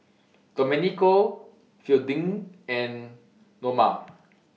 Domenico Fielding and Noma